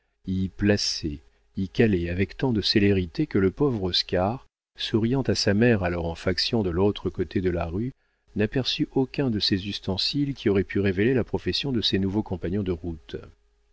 y calait avec tant de célérité que le pauvre oscar souriant à sa mère alors en faction de l'autre côté de la rue n'aperçut aucun de ces ustensiles qui auraient pu révéler la profession de ces nouveaux compagnons de route